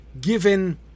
given